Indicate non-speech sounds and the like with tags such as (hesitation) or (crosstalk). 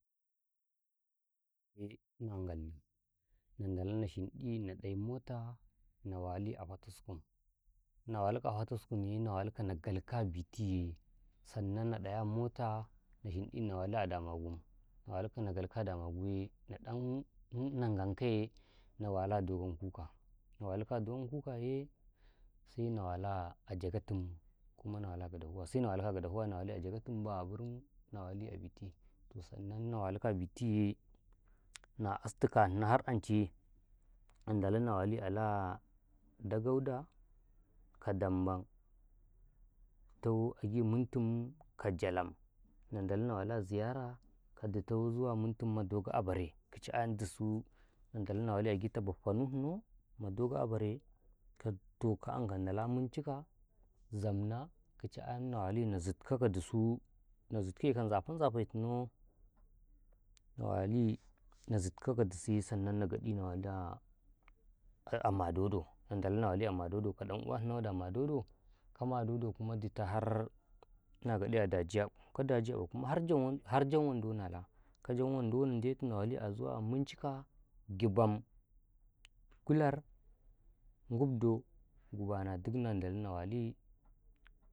﻿Ance na ngalda nadalo na shinɗi na ɗai mota na wali a patiskum na walika a pitiskumyi na waliko na galko a bitiye sannan na dai a mota nashinɗi na wali a Damagum na waliko na galkow a Damagum yee na dann (hesitation) ngankaye na wala Dogon-Kuka na walikawa a Dogon kukayee sena wala jagatim kuma na wala gwada-fuwa saina walikaw gwode-fuwaye na wali a jagatin Ba borim na wali a biti, toh sanna na walikaw bitiye na astu kahnaw har anchai na dalo na wali laaa Dagauda ka Dambam toh agum mumtum ka Jalam na. Ndalaw na wala ziyara ka ditaw zuwa mutum ma Dogo Abare kicha'yan dusu na Ngalaw na wali agi baffanu hinaw ma Dogo Abare tohka anka Ndala munchika, zamna kicha'yan na wali na zitkaw ka dusu na zitkaw ka Nzafetinaw na wali na zitkaw ka dususye sanna na gaɗi na wali (unintelligible) a madodo na Ndalaw na wali a madodo ka ɗan'uwanaw wadi a madodo, ka madodo kuma dita harrr na gaɗe Daa-jiyabu ka Dajiiyabu kuma har jan har janwande na lah ka Janwando na Nɗetu na nawali a minchika, Gibam, kular, wgubdo, Ngubana dukna na Ndalaw na wali.